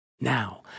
Now